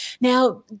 Now